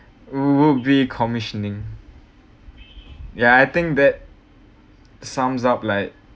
will be commissioning ya I think that sums up like